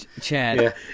Chad